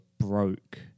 broke